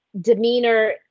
demeanor